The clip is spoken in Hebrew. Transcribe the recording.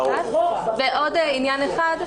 ועוד עניין אחד,